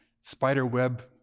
spiderweb